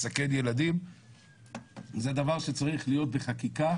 מסכן ילדים וזה דבר שצריך להיות בחקיקה,